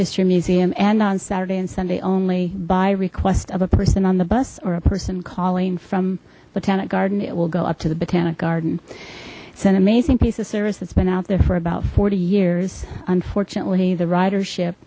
history museum and on saturday and sunday only by request of a person on the bus or a person calling from botanic garden it will go up to the botanic garden it's an amazing piece of service that's been out there for about forty years unfortunately the ridership